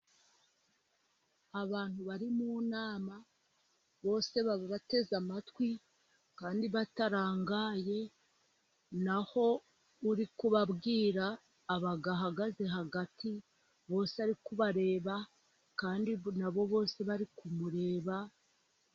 Abantu bari mu nama bose baba bateze amatwi kandi batarangaye, naho uri kubabwira aba ahagaze hagati, bose ari kubareba kandi nabo bose bari kumureba.